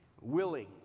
willing